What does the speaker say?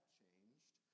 changed